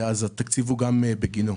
התקציב הוא גם בגינו.